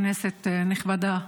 כנסת נכבדה,